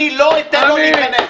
אני לא אתן לו להיכנס.